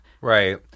Right